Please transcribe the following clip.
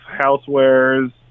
housewares